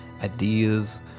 ideas